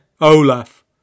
Olaf